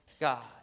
God